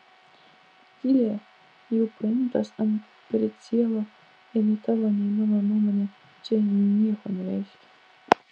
zylė jau paimtas ant pricielo ir nei tavo nei mano nuomonė čia nieko nereiškia